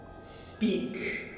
speak